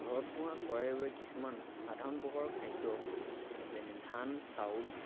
ঘৰত পোহা চৰাইবোৰে কিছুমান সাধাৰণ প্ৰকাৰৰ খাদ্য যেনে ধান চাউল